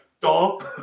dog